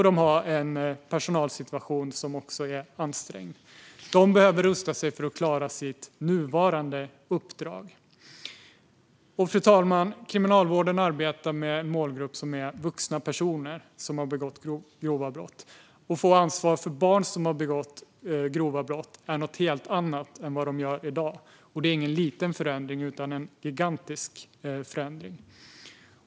De har en personalsituation som är ansträngd och behöver alltså rusta sig för att klara sitt nuvarande uppdrag. Fru talman! Kriminalvårdens målgrupp som man arbetar med är vuxna personer som har begått grova brott. Att få ansvaret för barn som har begått grova brott är något helt annat än vad de gör i dag. Det är ingen liten förändring utan en gigantisk förändring.